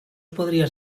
podrías